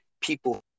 people